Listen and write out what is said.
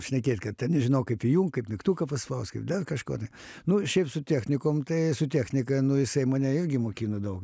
šnekėt kad ten nežinau kaip įjungt kaip mygtuką paspaust kaip dar kažko tai nu šiaip su technikom tai su technika nu jisai mane irgi mokina daug